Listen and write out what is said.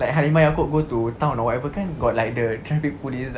like halimah yacob go to town or whatever kan got like the traffic police like